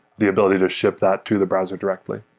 the ability to ship that to the browser directly.